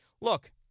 look